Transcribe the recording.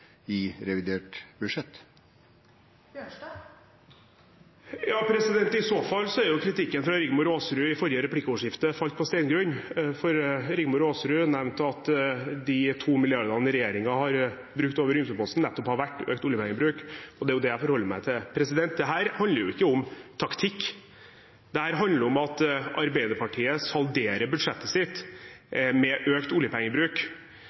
i revidert budsjett? I så fall har kritikken fra representanten Rigmor Aasrud i forrige replikkordskifte falt på steingrunn, for Rigmor Aasrud nevnte at de 2 mrd. kr regjeringen har brukt over ymseposten, nettopp har vært økt oljepengebruk. Det er det jeg forholder meg til. Dette handler ikke om taktikk, dette handler om at Arbeiderpartiet salderer budsjettet sitt med økt oljepengebruk.